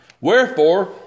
Wherefore